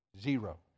Zero